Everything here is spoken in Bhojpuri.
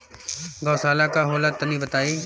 गौवशाला का होला तनी बताई?